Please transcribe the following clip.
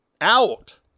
out